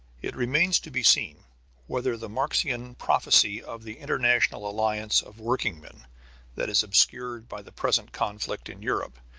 it remains to be seen whether the marxian prophecy of the international alliance of workingmen that is obscured by the present conflict in europe,